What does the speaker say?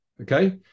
Okay